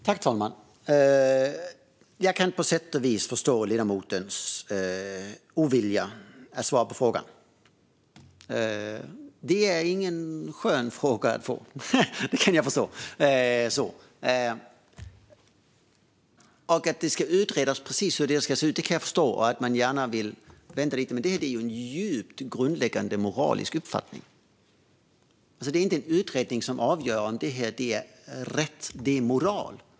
Fru talman! Jag kan på sätt och vis förstå ledamotens ovilja att svara på frågan. Det är ingen skön fråga att få. Att frågan ska utredas kan jag förstå, men det är fråga om en djupt grundläggande moralisk uppfattning. Det är inte en utredning som avgör rätt och moral.